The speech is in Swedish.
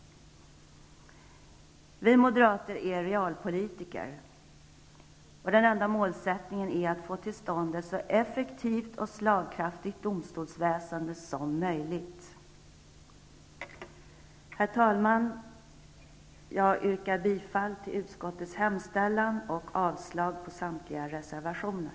Vi moderater är realpolitiker. Den enda målsättningen för oss är att få till stånd ett så effektivt och slagkraftigt domstolsväsende som möjligt. Herr talman! Jag yrkar bifall till utskottets hemställan och avslag på samtliga reservationer.